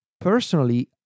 personally